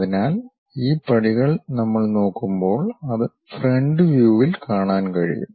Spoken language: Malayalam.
അതിനാൽ ഈ പടികൾ നമ്മൾ നോക്കുമ്പോൾ അത് ഫ്രണ്ട് വ്യൂവിൽ കാണാൻ കഴിയും